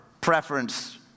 preference